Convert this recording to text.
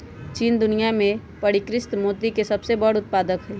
चीन दुनिया में परिष्कृत मोती के सबसे बड़ उत्पादक हई